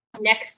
next